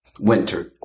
Winter